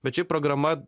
bet šiaip programa